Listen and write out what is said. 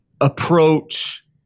approach